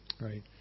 right